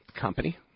company